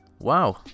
wow